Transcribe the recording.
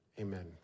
Amen